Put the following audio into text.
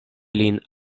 lin